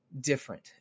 different